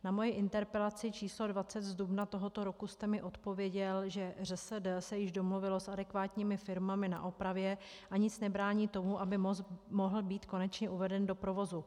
Na moji interpelaci číslo 20 z dubna tohoto roku jste mi odpověděl, že ŘSD se již domluvilo s adekvátními firmami na opravě a nic nebrání tomu, aby most mohl být konečně uveden do provozu.